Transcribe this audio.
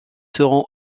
seront